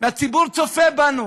והציבור צופה בנו,